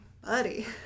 buddy